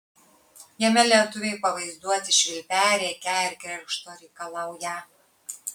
jame lietuviai pavaizduoti švilpią rėkią ir keršto reikalaują